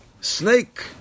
snake